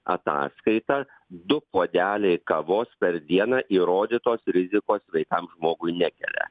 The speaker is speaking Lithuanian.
ataskaitą du puodeliai kavos per dieną įrodytos rizikos sveikam žmogui nekelia